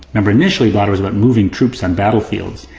remember initially blotto was about moving troops on battle fields,